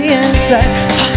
inside